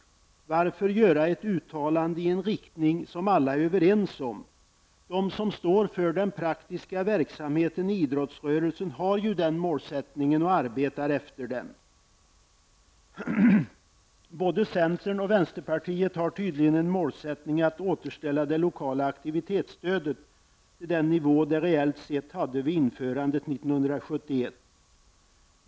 Varför göra ett uttalande i en riktning som alla är överens om? De som står för den praktiska verksamheten i idrottsrörelsen har ju den målsättningen och arbetar efter den! Både centern och vänsterpartiet har tydligen en målsättning att återställa det lokala aktivitetsstödet till den nivå reellt sett som det hade vid införandet 1971.